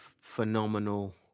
phenomenal